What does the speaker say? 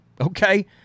okay